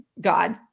God